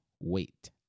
wait